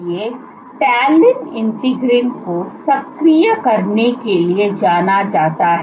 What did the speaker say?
इसलिए talin integrin को सक्रिय करने के लिए जाना जाता है